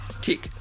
Tick